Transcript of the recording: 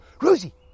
Rosie